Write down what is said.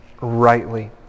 rightly